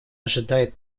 ожидает